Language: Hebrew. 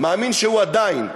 מאמין שהוא עדיין,